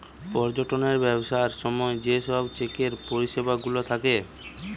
পর্যটনের ব্যবসার সময় যে সব চেকের পরিষেবা গুলা থাকে